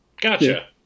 gotcha